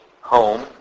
Home